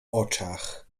oczach